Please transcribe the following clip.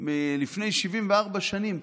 לפני 74 שנים?